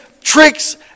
tricks